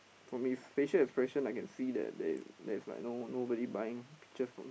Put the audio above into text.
from his facial expression I can see that there there's like no~ nobody buying peaches from